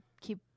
keep